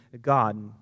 God